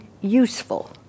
useful